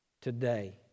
today